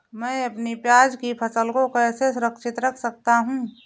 मैं अपनी प्याज की फसल को कैसे सुरक्षित रख सकता हूँ?